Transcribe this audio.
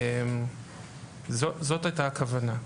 זאת הייתה הכוונה.